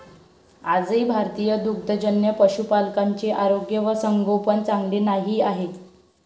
आजही भारतीय दुग्धजन्य पशुपालकांचे आरोग्य व संगोपन चांगले नाही आहे